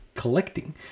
collecting